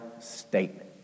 statement